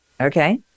Okay